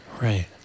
right